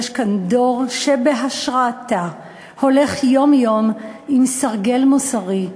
יש כאן דור שבהשראתה הולך יום-יום עם סרגל מוסרי,